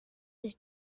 his